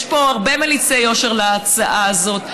יש פה הרבה מליצי יושר להצעה הזאת.